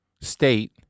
state